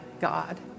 God